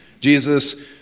Jesus